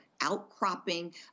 outcropping